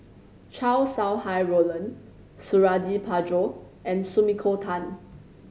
Chow Sau Hai Roland Suradi Parjo and Sumiko Tan